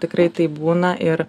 tikrai taip būna ir